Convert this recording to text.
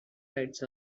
rights